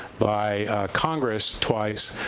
by congress twice,